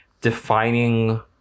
defining